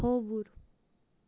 کھوٚوُر